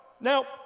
now